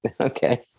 Okay